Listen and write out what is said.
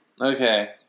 Okay